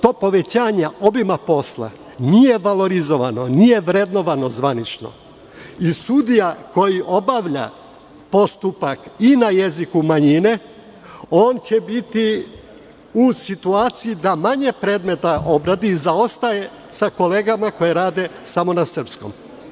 To povećanje obima posla nije valorizovano, nije vrednovano zvanično i sudija koji obavlja postupak i na jeziku manjine, on će biti u situaciji da manje predmeta obradi, zaostaje za kolegama koje rade samo na srpskom.